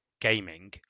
gaming